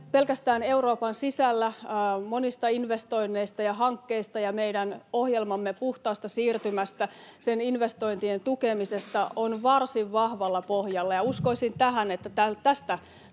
pelkästään Euroopan sisällä monista investoinneista ja hankkeista, ja meidän ohjelmamme puhtaasta siirtymästä, sen investointien tukemisesta, on varsin vahvalla pohjalla, ja uskoisin tähän, että tästä